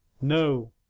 no